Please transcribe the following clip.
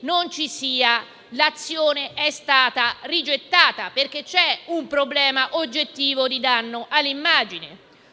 notizia che l'azione è stata rigettata. Questo perché c'è un problema oggettivo di danno all'immagine.